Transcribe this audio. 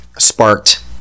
sparked